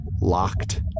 locked